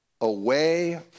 away